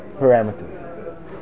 parameters